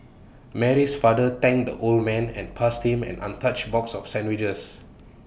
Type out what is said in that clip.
Mary's father thanked the old man and passed him an untouched box of sandwiches